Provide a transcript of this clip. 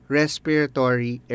respiratory